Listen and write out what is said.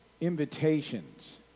Invitations